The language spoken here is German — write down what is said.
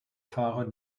fahrer